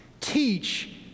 Teach